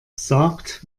sagt